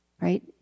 right